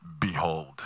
Behold